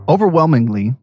Overwhelmingly